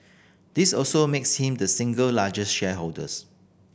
this also makes him the single largest shareholders